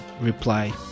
reply